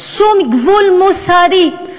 שום גבול מוסרי,